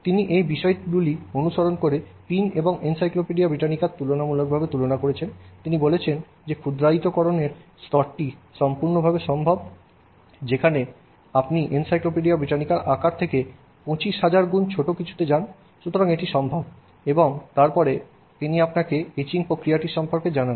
তিনি এই বিষয়গুলি অনুসরণ করে পিন এবং এনসাইক্লোপিডিয়া ব্রিটানিকার তুলনামূলকভাবে তুলনা করেছেন তিনি বলেছেন যে ক্ষুদ্রায়িতকরণের স্তরটি সম্পূর্ণভাবে সম্ভব যেখানে আপনি এনসাইক্লোপিডিয়া ব্রিটানিকার আকার থেকে 25000 গুণ ছোট কিছুতে যান সুতরাং এটি সম্ভব এবং তারপরে তিনি আপনাকে এচিং প্রক্রিয়াটি সম্পর্কে জানায়